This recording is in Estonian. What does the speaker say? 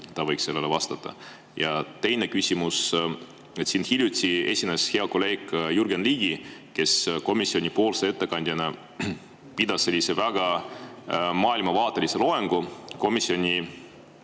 ta võiks sellele vastata? Ja teine küsimus. Siin hiljuti esines hea kolleeg Jürgen Ligi, kes komisjonipoolse ettekandjana pidas väga maailmavaatelise loengu. Komisjonis